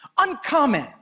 uncommon